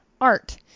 art